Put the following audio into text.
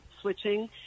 switching